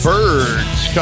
Birds